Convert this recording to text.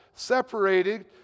separated